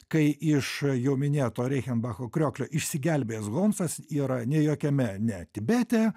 kai iš jau minėto reichenbacho krioklio išsigelbėjęs holmsas yra ne jokiame ne tibete